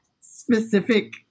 specific